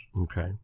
Okay